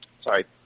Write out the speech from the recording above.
sorry